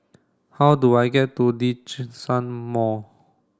how do I get to Djitsun Mall